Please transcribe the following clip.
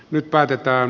nyt päätetään